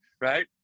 right